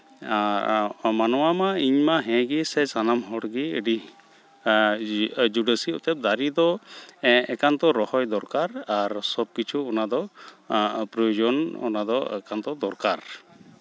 ᱟᱨ ᱢᱟᱱᱣᱟ ᱢᱟ ᱤᱧ ᱢᱟ ᱦᱮᱸ ᱜᱮ ᱥᱮ ᱥᱟᱱᱟᱢ ᱦᱚᱲᱜᱮ ᱟᱹᱰᱤ ᱡᱩᱰᱟᱹᱥᱤ ᱚᱨᱛᱷᱟᱛ ᱫᱟᱨᱮ ᱫᱚ ᱮᱠᱟᱱᱛᱚ ᱨᱚᱦᱚᱭ ᱫᱚᱨᱠᱟᱨ ᱟᱨ ᱥᱚᱵ ᱠᱤᱪᱷᱩ ᱚᱱᱟ ᱫᱚ ᱯᱨᱳᱭᱳᱡᱚᱱ ᱚᱱᱟ ᱫᱚ ᱮᱠᱟᱱᱛᱚ ᱫᱚᱨᱠᱟᱨ